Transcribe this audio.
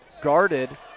guarded